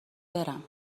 برم